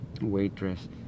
waitress